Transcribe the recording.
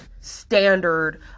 standard